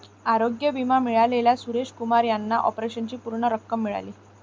आरोग्य विमा मिळाल्याने सुरेश कुमार यांना ऑपरेशनची पूर्ण रक्कम मिळाली